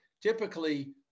typically